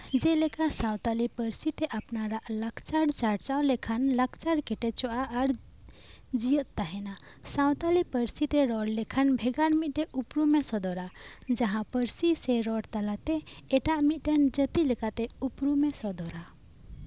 ᱡᱮᱞᱮᱠᱟ ᱥᱟᱶᱛᱟᱞᱤ ᱯᱟᱹᱨᱥᱤ ᱛᱮ ᱟᱯᱱᱟᱨᱟᱜ ᱞᱟᱠᱪᱟᱨ ᱪᱟᱨᱪᱟᱣ ᱞᱮᱠᱷᱟᱱ ᱞᱟᱠᱪᱟᱨ ᱠᱮᱴᱮᱡᱚᱜᱼᱟ ᱟᱨ ᱡᱮᱣᱮᱫ ᱛᱟᱦᱮᱱᱟ ᱥᱟᱶᱛᱟᱞᱤ ᱯᱟᱹᱨᱥᱤ ᱛᱮ ᱨᱚᱲ ᱞᱮᱠᱷᱟᱱ ᱵᱷᱮᱜᱟᱨ ᱢᱤᱫᱴᱟᱱ ᱩᱯᱨᱩᱢ ᱮ ᱥᱚᱫᱚᱨᱼᱟ ᱡᱟᱦᱟᱸ ᱯᱟᱹᱨᱥᱤ ᱥᱮ ᱨᱚᱲ ᱛᱟᱞᱟᱛᱮ ᱮᱴᱟᱜ ᱢᱤᱫᱴᱮᱱ ᱡᱟᱹᱛᱤ ᱞᱮᱠᱟᱛᱮ ᱩᱯᱨᱩᱢ ᱮ ᱥᱚᱫᱚᱨᱟ